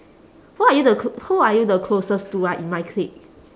who are you the cl~ who are you the closest to ah in my clique